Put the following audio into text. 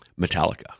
Metallica